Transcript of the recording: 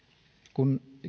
kun